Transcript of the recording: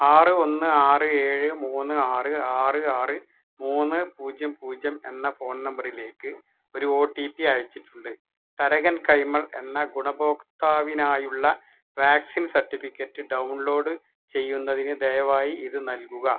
ആറ് ഒന്ന് ആറ് ഏഴ് മൂന്ന് ആറ് ആറ് ആറ് മൂന്ന് പൂജ്യം പൂജ്യം എന്ന ഫോൺ നമ്പറിലേക്ക് ഒരു ഒ ടി പി അയച്ചിട്ടുണ്ട് തരകൻ കൈമൾ എന്ന ഗുണഭോക്താവിനായുള്ള വാക്സിൻ സർട്ടിഫിക്കറ്റ് ഡൗൺലോഡ് ചെയ്യുന്നതിന് ദയവായി ഇത് നൽകുക